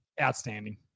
outstanding